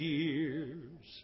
years